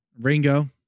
Ringo